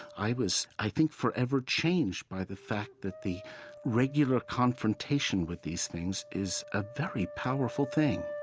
i was, i think, forever changed by the fact that the regular confrontation with these things is a very powerful thing